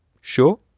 Sure